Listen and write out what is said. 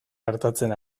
gertatzen